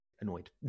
annoyed